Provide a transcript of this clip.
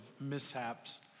mishaps